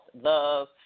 love